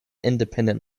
independent